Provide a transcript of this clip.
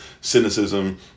cynicism